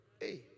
Hey